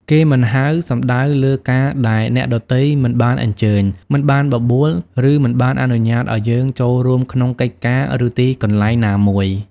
គេមិនហៅ សំដៅលើការដែលអ្នកដទៃមិនបានអញ្ជើញ មិនបានបបួល ឬមិនបានអនុញ្ញាតឲ្យយើងចូលរួមក្នុងកិច្ចការ ឬទីកន្លែងណាមួយ។